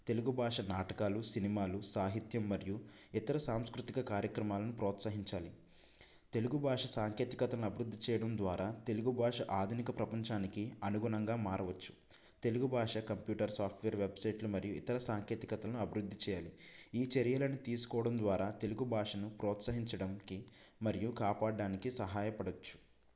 తెలుగు భాష నాటకాలు సినిమాలు సాహిత్యం మరియు ఇతర సాంస్కృతిక కార్యక్రమాలను ప్రోత్సహించాలి తెలుగు భాష సాంకేతికతను అభివృద్ధి చేయడం ద్వారా తెలుగు భాష ఆధునిక ప్రపంచానికి అనుగుణంగా మారవచ్చు తెలుగు భాష కంప్యూటర్ సాఫ్ట్వేర్ వెబ్సైట్లు మరియు ఇతర సాంకేతికతను అభివృద్ధి చేయాలి ఈ చర్యలను తీసుకోవడం ద్వారా తెలుగు భాషను ప్రోత్సహించడానికి మరియు కాపాడడానికి సహాయపడచ్చు